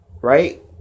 right